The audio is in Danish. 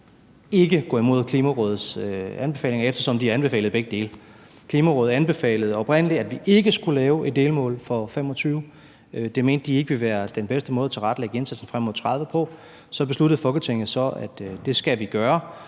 ikke gå imod Klimarådets anbefalinger, eftersom de anbefalede begge dele. Klimarådet anbefalede oprindelig, at vi ikke skulle lave et delmål for 2025, for det mente de ikke ville være den bedste måde at tilrettelægge indsatsen frem mod 2030 på. Så besluttede Folketinget, at det skal vi gøre,